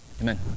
Amen